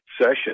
session